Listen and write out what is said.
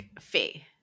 fee